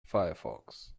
firefox